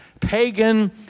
pagan